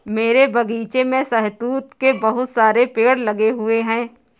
मेरे बगीचे में शहतूत के बहुत सारे पेड़ लगे हुए हैं